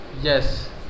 Yes